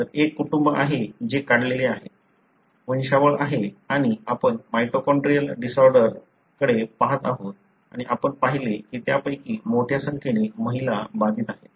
तर एक कुटुंब आहे जे काढलेले आहे वंशावळ आहे आणि आपण माइटोकॉन्ड्रियल डिसऑर्डरकडे पहात आहोत आणि आपण पाहिले की त्यापैकी मोठ्या संख्येने महिला बाधित आहेत